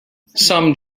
some